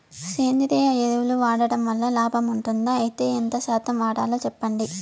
సేంద్రియ ఎరువులు వాడడం వల్ల లాభం ఉంటుందా? అయితే ఎంత శాతం వాడాలో చెప్పండి?